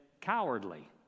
cowardly